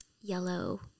yellow